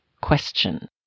question